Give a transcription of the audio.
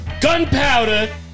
gunpowder